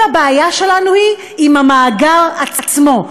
כל הבעיה שלנו היא עם המאגר עצמו,